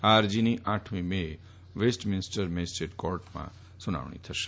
આ અરજીની આઠમી મે એ વેસ્ટ મિન્સ્ટર મેજીસ્ટ્રેટ કોર્ટમાં સુનાવણી થશે